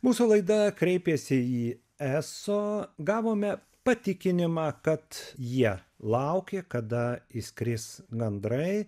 mūsų laida kreipėsi į eso gavome patikinimą kad jie laukė kada išskris gandrai